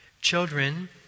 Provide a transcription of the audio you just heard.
children